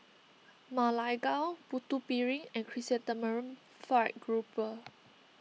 Ma Lai Gao Putu Piring and Chrysanthemum Fried Grouper